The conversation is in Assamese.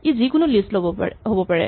ই যিকোনো লিষ্ট হ'ব পাৰে